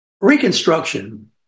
Reconstruction